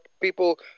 people